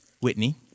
Whitney